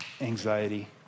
anxiety